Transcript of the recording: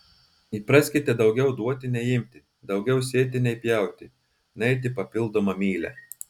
įpraskite daugiau duoti nei imti daugiau sėti nei pjauti nueiti papildomą mylią